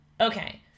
Okay